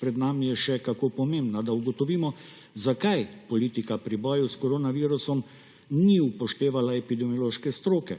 pred nami, je še kako pomembna, da ugotovimo, zakaj politika pri boju s koronavirusom ni upoštevala epidemiološke stroke.